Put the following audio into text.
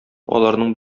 аларның